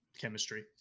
chemistry